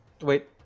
Wait